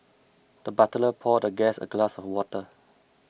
the butler poured the guest a glass of water